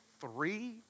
three